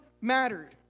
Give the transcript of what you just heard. mattered